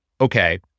Okay